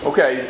Okay